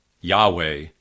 Yahweh